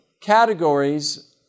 categories